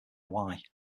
wai